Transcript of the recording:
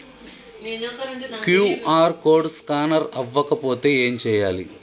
QR code scanner అవ్వకపోతే ఏం చేయాలి?